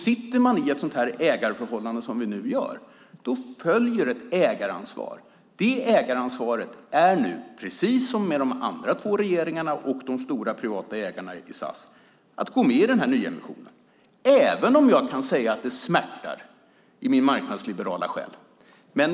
Sitter man i ett sådant ägarförhållande som vi nu gör följer ett ägaransvar. Det ägaransvaret är nu, precis som med de andra två regeringarna och de stora privata ägarna i SAS, att gå med i den här nyemissionen, även om jag kan säga att det smärtar i min marknadsliberala själ.